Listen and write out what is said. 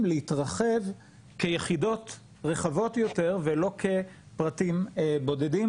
להתרחב כיחידות רחבות יותר ולא כפרטים בודדים,